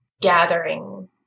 gathering